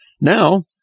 Now